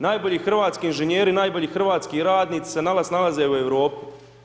Najbolji hrvatski inženjeri, najbolji hrvatski radnici se danas nalaze u Europi.